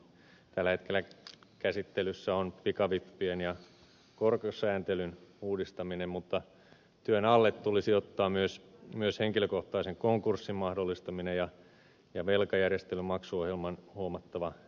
tällä hetkellä käsittelyssä on pikavippien ja korkosääntelyn uudistaminen mutta työn alle tulisi ottaa myös henkilökohtaisen konkurssin mahdollistaminen ja velkajärjestelymaksuohjelman huomattava lyhentäminen